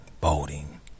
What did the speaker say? boating